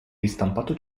ristampato